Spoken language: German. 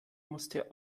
musste